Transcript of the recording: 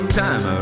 time